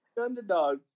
underdog